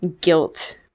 guilt